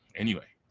anyway.